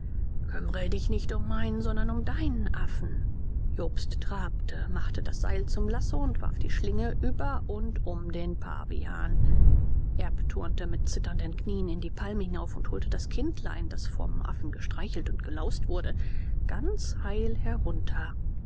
kümmere du dich nicht um meinen sondern um deinen affen jobst trabte machte das seil zum lasso und warf die schlinge über und um den pavian erb turnte mit zitternden knien in die palme hinauf und holte das kindlein das vom affen gestreichelt und gelaust wurde ganz heil herunter